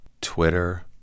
Twitter